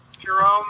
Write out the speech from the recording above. Jerome